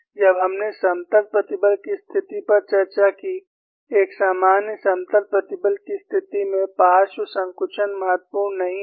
जब हमने समतल प्रतिबल की स्थिति पर चर्चा की एक सामान्य समतल प्रतिबल की स्थिति में पार्श्व संकुचन महत्वपूर्ण नहीं होगा